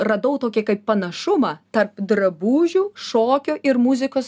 radau tokį kaip panašumą tarp drabužių šokio ir muzikos